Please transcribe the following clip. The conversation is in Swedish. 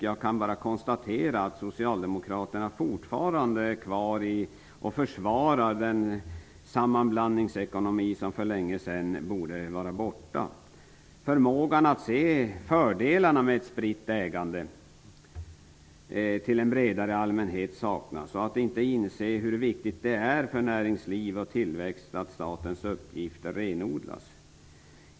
Jag kan bara konstatera att socialdemokraterna fortfarande försvarar den sammanblandningsekonomi som för länge sedan borde vara borta. Förmågan att se fördelarna med ett till en bredare allmänhet spritt ägande saknas. Man inser inte hur viktigt det är för näringsliv och tillväxt att statens uppgifter renodlas.